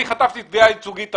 אני חטפתי תביעה ייצוגית עכשיו.